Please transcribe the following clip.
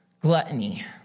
Gluttony